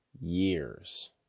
years